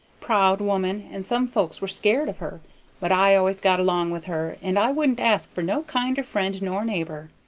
proud woman, and some folks were scared of her but i always got along with her, and i wouldn't ask for no kinder friend nor neighbor.